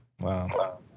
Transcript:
Wow